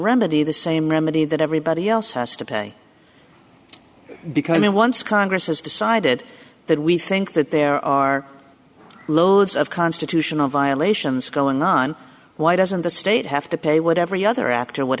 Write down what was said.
remedy the same remedy that everybody else has to pay because i mean once congress has decided that we think that there are loads of constitutional violations going on why doesn't the state have to pay what every other actor would